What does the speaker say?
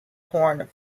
horn